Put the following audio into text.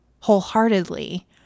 wholeheartedly